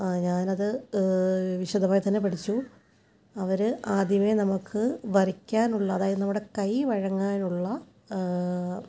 ആ ഞാനത് വിശദമായി തന്നെ പഠിച്ചു അവർ ആദ്യമേ നമുക്ക് വരയ്ക്കാൻ ഉള്ള അതായത് നമ്മുടെ കൈ വഴങ്ങാനുള്ള